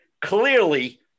clearly